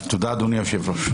תודה, אדוני היושב-ראש.